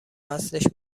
اصلش